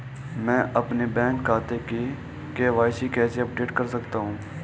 मैं अपने बैंक खाते में के.वाई.सी कैसे अपडेट कर सकता हूँ?